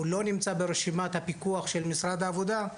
הוא לא נמצא ברשמית הפיקוח של משרד העבודה,